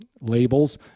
labels